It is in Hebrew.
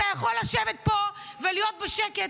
אתה יכול לשבת פה ולהיות בשקט,